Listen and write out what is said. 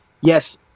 yes